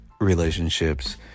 relationships